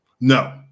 No